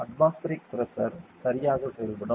atmospheric pressure சரியாக செயல்படும்